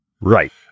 Right